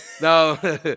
No